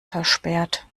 versperrt